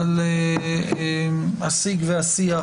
על הסיג והשיח